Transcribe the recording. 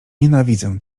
nienawidzę